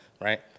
Right